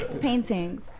Paintings